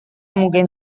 mungkin